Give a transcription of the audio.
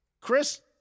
Chris